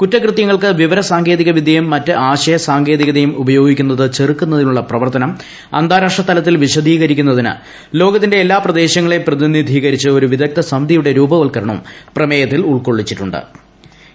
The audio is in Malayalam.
കുറ്റകൃത്യങ്ങൾക്ക് വിവരസാങ്കേതികവിദ്യയും പ്ര ആശയസാങ്കേതികതയും ഉപയോഗിക്കുന്നത് പ്രവർത്തനം അന്താരാഷ്ട്രതലത്തിൽ വിശദീകരിക്കുന്നതിന് ലോകത്തിന്റെ എല്ലാ പ്രദേശങ്ങളെയും പ്രതിനിധീകരിച്ച് ഒരു വിദഗ്ധസമിതിയുടെ രൂപവത്കരണവും പ്രമേയത്തിൽ ഉൾക്കൊളളിച്ചിട്ടു്